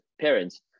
Parents